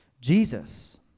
Jesus